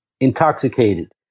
intoxicated